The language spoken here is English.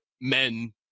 men